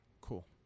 Cool